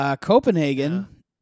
Copenhagen